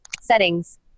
Settings